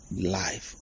life